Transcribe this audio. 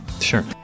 Sure